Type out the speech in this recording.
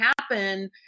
happen